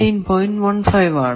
15 ആണ്